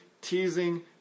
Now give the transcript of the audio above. teasing